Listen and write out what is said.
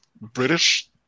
british